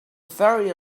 ferry